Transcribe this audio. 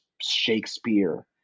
Shakespeare